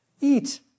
eat